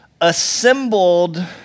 assembled